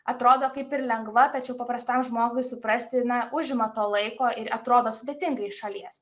atrodo kaip ir lengva tačiau paprastam žmogui suprasti na užima to laiko ir atrodo sudėtingai iš šalies